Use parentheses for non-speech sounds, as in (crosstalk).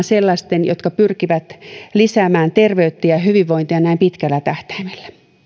(unintelligible) sellaisten jotka pyrkivät lisäämään terveyttä ja hyvinvointia näin pitkällä tähtäimellä